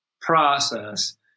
process